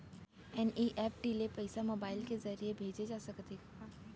NEFT ले पइसा mobile के ज़रिए भेजे जाथे सकथे?